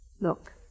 Look